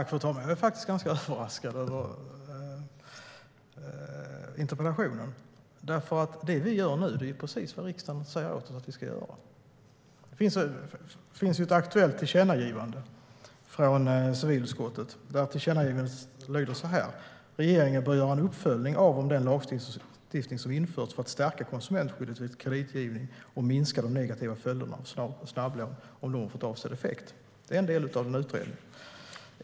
Fru talman! Jag är ganska överraskad över interpellationen, för det vi gör nu är precis vad riksdagen sagt åt oss att göra. Det finns ett aktuellt tillkännagivande från civilutskottet som lyder: "Regeringen bör göra en uppföljning av om den lagstiftning som införts för att stärka konsumentskyddet vid kreditgivning och minska de negativa följderna av snabblån har fått avsedd effekt." Det är en del av en utredning.